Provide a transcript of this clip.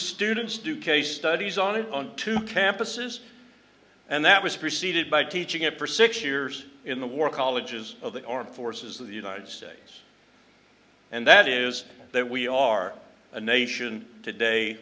students do case studies on it on two campuses and that was preceded by teaching it for six years in the war colleges of the armed forces of the united states and that is that we are a nation today